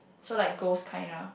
so like ghost kind lah